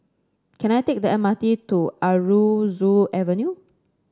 can I take the M R T to Aroozoo Avenue